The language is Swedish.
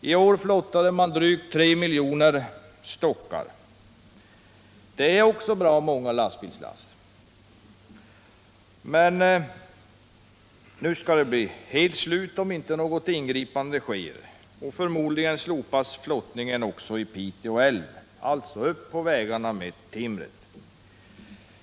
I år flottade man drygt 3 miljoner stockar. Det är också bra många lastbilslass. Men nu skall det bli helt slut, om inte något ingripande sker. Förmodligen slopas flottningen också i Pite älv. Upp på vägarna med timret!